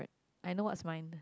I know what's my